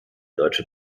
deutsche